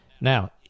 Now